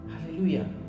Hallelujah